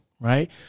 right